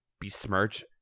besmirch